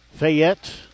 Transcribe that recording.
Fayette